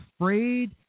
afraid